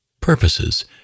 purposes